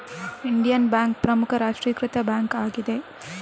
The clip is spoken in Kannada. ಇಂಡಿಯನ್ ಬ್ಯಾಂಕ್ ಪ್ರಮುಖ ರಾಷ್ಟ್ರೀಕೃತ ಬ್ಯಾಂಕ್ ಆಗಿದೆ